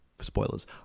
Spoilers